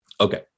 Okay